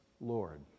Lord